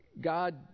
God